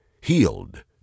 healed